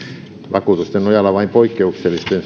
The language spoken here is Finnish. vakuutusten nojalla vain poikkeuksellisten